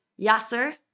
Yasser